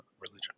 religion